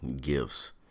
gifts